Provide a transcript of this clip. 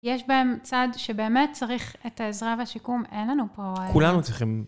יש בהם צד שבאמת צריך את העזרה והשיקום, אין לנו פה. כולנו צריכים...